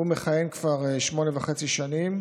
הוא מכהן כבר שמונה וחצי שנים.